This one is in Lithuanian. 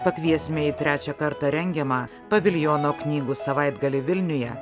pakviesime į trečią kartą rengiamą paviljono knygų savaitgalį vilniuje